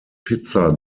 pizza